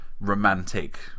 romantic